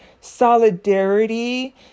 solidarity